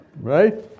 Right